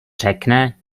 řekne